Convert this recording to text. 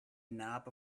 knob